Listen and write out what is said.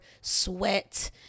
sweat